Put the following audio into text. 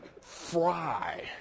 fry